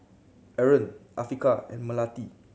Aaron Afiqah and Melati